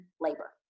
labor